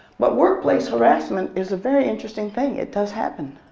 but workplace harassment is a very interesting thing. it does happen.